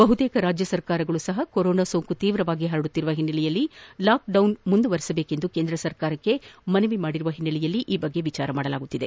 ಬಹುತೇಕ ರಾಜ್ಯ ಸರ್ಕಾರಗಳು ಸಪ ಕೊರೊನಾ ಸೋಂಕು ತೀವ್ರವಾಗಿ ಪರಡುತ್ತಿರುವ ಪಿನ್ನೆಲೆಯಲ್ಲಿ ಲಾಕ್ಡೌನ್ ಅವಧಿಯನ್ನು ಮುಂದುವರೆಸಬೇಕೆಂದು ಕೇಂದ್ರ ಸರ್ಕಾರಕ್ಕೆ ಮನವಿ ಮಾಡಿರುವ ಹಿನ್ನೆಲೆಯಲ್ಲಿ ಈ ಬಗ್ಗೆ ವಿಚಾರ ಮಾಡಲಾಗುತ್ತಿದೆ